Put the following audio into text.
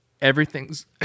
Everything's